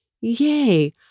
Yay